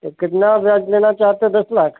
तो कितना ब्याज लेना चाहते हो दस लाख